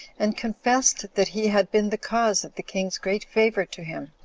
and confessed that he had been the cause of the king's great favor to him,